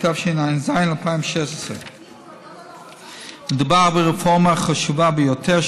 התשע"ז 2016. מדובר ברפורמה חשובה ביותר,